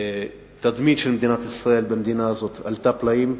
התדמית של מדינת ישראל במדינה הזאת עלתה פלאים.